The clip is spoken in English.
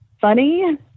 funny